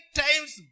times